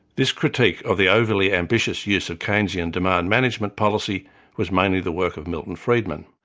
this critique of the overly-ambitious use of keynesian demand management policy was mainly the work of milton freedman.